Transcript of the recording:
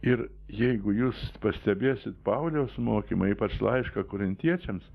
ir jeigu jūs pastebėsit pauliaus mokymą ypač laišką korintiečiams